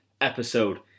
episode